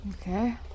Okay